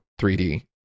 3D